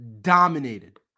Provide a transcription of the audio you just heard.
dominated